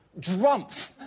Drumpf